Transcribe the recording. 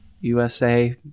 USA